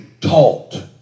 taught